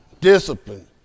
discipline